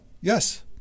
Yes